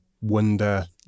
wonder